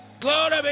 Glory